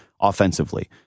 offensively